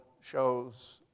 shows